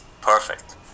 perfect